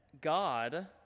God